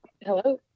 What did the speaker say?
Hello